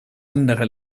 andere